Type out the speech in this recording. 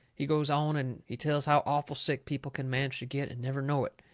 he goes on and he tells how awful sick people can manage to get and never know it,